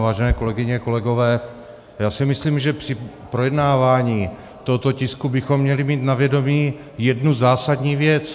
Vážené kolegyně, kolegové, já si myslím, že při projednávání tohoto tisku bychom měli mít na vědomí jednu zásadní věc.